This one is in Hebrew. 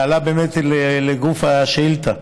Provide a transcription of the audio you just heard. ששאלה באמת לגוף השאילתה.